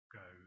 go